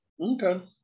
Okay